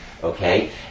Okay